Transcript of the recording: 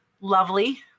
lovely